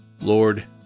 Lord